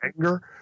anger